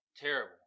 Terrible